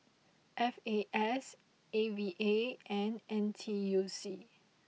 F A S A V A and N T U C